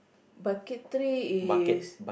bucket tree is